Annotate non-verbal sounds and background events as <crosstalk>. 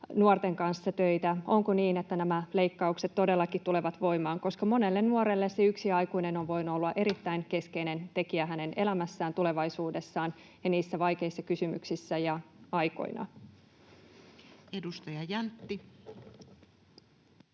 nuorten kanssa töitä. Onko niin, että nämä leikkaukset todellakin tulevat voimaan, koska monelle nuorelle se yksi aikuinen on voinut olla erittäin <noise> keskeinen tekijä hänen elämässään, tulevaisuudessaan ja niissä vaikeissa kysymyksissä ja aikoina? Edustaja Jäntti.